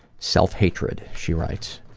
self-hatred, she writes.